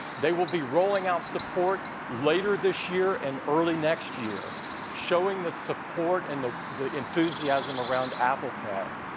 they will be rolling out support later this year and early next year showing the support and the the enthusiasm around apple pay.